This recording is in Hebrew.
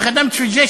מא ח'דמת פי אל-ג'יש,